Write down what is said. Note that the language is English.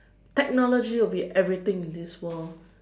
technology will be everything in this world